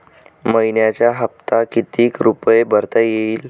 मइन्याचा हप्ता कितीक रुपये भरता येईल?